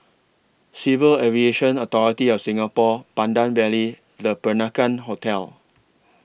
Civil Aviation Authority of Singapore Pandan Valley Le Peranakan Hotel